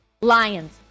lions